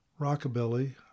rockabilly